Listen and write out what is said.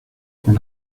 con